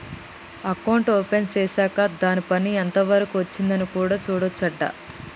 account open చేశాక్ దాని పని ఎంత వరకు వచ్చింది అని కూడా చూడొచ్చు అంట